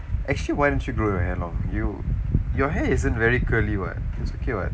actually why don't grow your hair long your hair isn't very curly [what] it's okay [what]